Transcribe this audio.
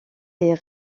les